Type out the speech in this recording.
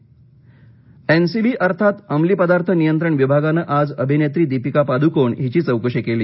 Deepika N C B अर्थात अंमली पदार्थ नियंत्रण विभागानं आज अभिनेत्री दीपिका पादुकोण हिची चौकशी केली